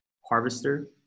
harvester